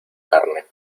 carne